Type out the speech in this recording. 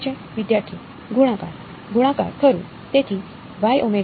વિદ્યાર્થી ગુણાકાર